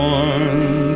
born